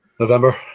November